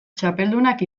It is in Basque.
txapeldunak